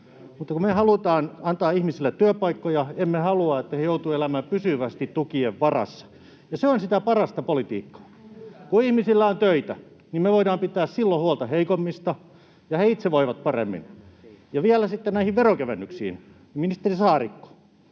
Mutta me halutaan antaa ihmisille työpaikkoja, emme halua, että he joutuvat elämään pysyvästi tukien varassa, ja se on sitä parasta politiikkaa. Kun ihmisillä on töitä, me voidaan pitää silloin huolta heikommista ja he itse voivat paremmin. Vielä sitten näihin veronkevennyksiin: Ministeri Saarikko,